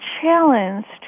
challenged